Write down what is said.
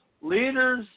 Leaders